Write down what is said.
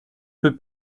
peut